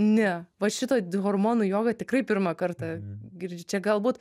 ne va šitą hormonų jogą tikrai pirmą kartą girdžiu čia gal būt